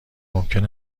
ممکن